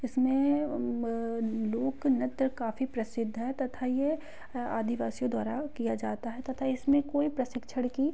इसमें लोक नृत्य काफ़ी प्रसिद्ध है तथा ये आदिवासियों द्वारा किया जाता है तथा इसमें कोई प्रशिक्षण की